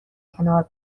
کنار